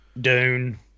Dune